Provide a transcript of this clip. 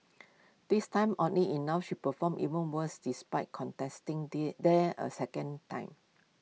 this time oddly enough she performed even worse despite contesting there there A second time